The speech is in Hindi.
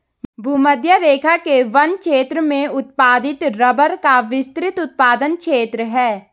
भूमध्यरेखा के वन क्षेत्र में उत्पादित रबर का विस्तृत उत्पादन क्षेत्र है